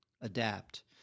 Adapt